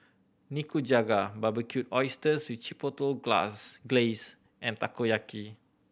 Nikujaga Barbecued Oysters with Chipotle Glass Glaze and Takoyaki